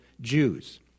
Jews